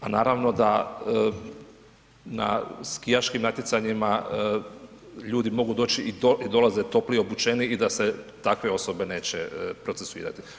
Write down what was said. Pa naravno da na skijaškim natjecanjima ljudi mogu doći i dolaze toplije obučeni i da se takve osobe neće procesuirati.